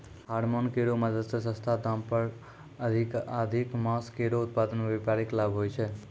hormone केरो मदद सें सस्ता दाम पर अधिकाधिक मांस केरो उत्पादन सें व्यापारिक लाभ होय छै